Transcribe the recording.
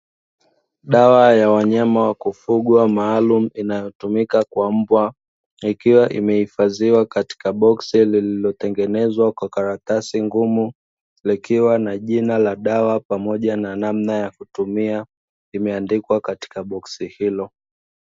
Dawa ya wanyama wa kufugwa maalumu inayotumika kwa mbwa, ikiwa imehifadhiwa katika boksi lililotengenezwa kwa karatadi ngumu, likiwa na jina la dawa pamoja na namna ya kutumia imeandikwa katika boksi hilo.